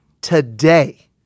today